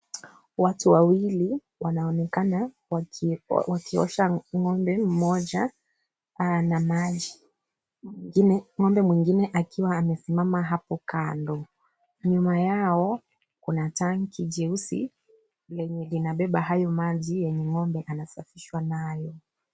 Watu wawili wanaonekana wakiosha ng'ombe mmoja na maji. Ng'ombe mwingine akiwa amesimama hapo kando, na nyuma yao kuna tanki jeusi, yenye linabeba hayo maji yenye ng'ombe anasafishwa nayo.